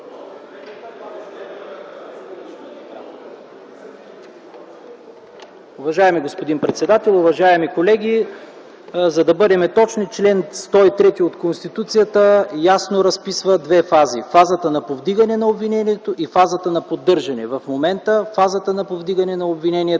Уважаеми господин председател, уважаеми колеги, за да бъдем точни, чл. 103 от Конституцията ясно разписва две фази – фазата на повдигане на обвинението и фазата на поддържане. В момента фазата на повдигане на обвинението